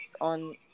on